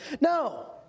No